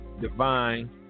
divine